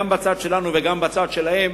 גם בצד שלנו וגם בצד שלהם,